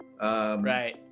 Right